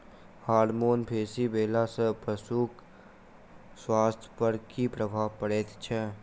Hormone बेसी भेला सॅ पशुक स्वास्थ्य पर की प्रभाव पड़ैत छै?